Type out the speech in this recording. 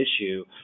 issue